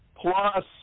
plus